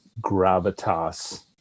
gravitas